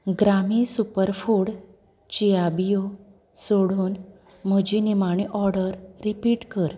ग्रामी superfood chia बियो सोडून म्हजी निमाणी ऑर्डर रिपीट कर